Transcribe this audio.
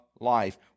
life